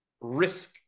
risk